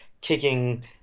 kicking